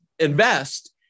Invest